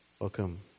Welcome